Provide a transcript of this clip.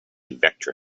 vector